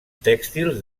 tèxtils